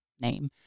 name